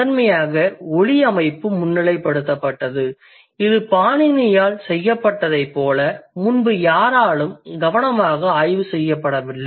முதன்மையாக ஒலி அமைப்பு முன்னிலைப்படுத்தப்பட்டது இது பாணினியால் செய்யப்பட்டதைப் போல முன்பு யாராலும் கவனமாக ஆய்வு செய்யப்படவில்லை